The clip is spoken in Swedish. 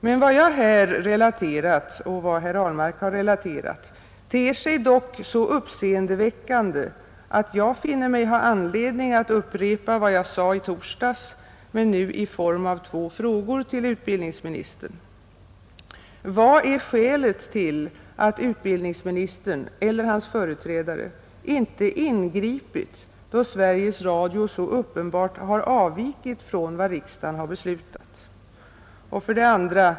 Men vad jag och herr Ahlmark här relaterat ter sig dock så uppseendeväckande, att jag finner mig ha anledning att upprepa vad jag sade i torsdags, men nu i form av två frågor till utbildningsministern: 1. Vad är skälet till att utbildningsministern, eller hans företrädare, inte ingripit, då Sveriges Radio så uppenbart avvikit från vad riksdagen beslutat? 2.